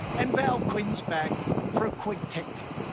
and val quinn is back for a quick tech tip.